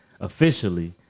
officially